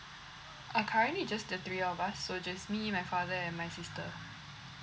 uh currently just the three of us so just me my father and my sister